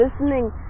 listening